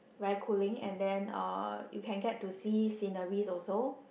very cooling and then uh you can get to see sceneries also